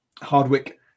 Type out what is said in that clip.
Hardwick